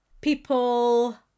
people